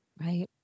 Right